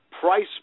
price